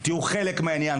תהיו חלק מהעניין,